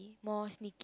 more sneaky